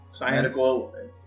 medical